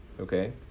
Okay